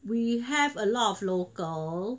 we have a lot of local